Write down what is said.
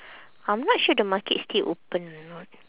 I'm not sure the market still open or not